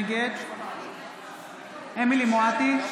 נגד אמילי חיה מואטי,